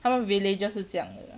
他们 villager 是这样的 lah